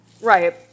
right